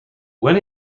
when